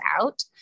out